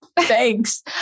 Thanks